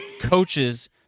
coaches